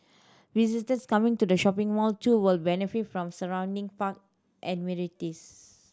visitors coming to the shopping mall too will benefit from surrounding park amenities